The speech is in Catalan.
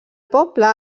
poble